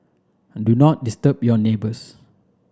and do not disturb your neighbours